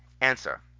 answer